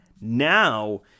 Now